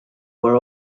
were